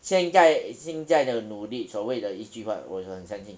现在已经在的努力所谓的一句话我很相信